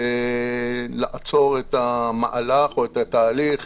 לעצור את המהלך או התהליך